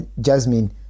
Jasmine